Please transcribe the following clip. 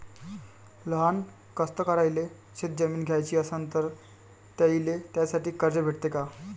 लहान कास्तकाराइले शेतजमीन घ्याची असन तर त्याईले त्यासाठी कर्ज भेटते का?